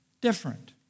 different